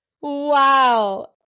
Wow